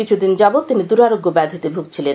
কিছুদিন যাবৎ তিনি দুরারোগ্য ব্যাধিতে ভুগছিলেন